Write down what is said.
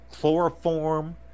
chloroform